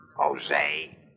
Jose